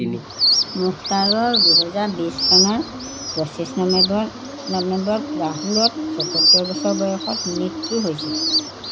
মুখতাৰৰ দুহেজাৰ বিছ চনৰ পঁচিছ নৱেম্বৰত লাহোৰত চৌসত্তৰ বছৰ বয়সত মৃত্যু হৈছিল